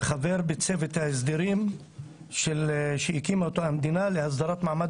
חבר בצוות ההסדרים שהקימה אותה המדינה להסדרת מעמד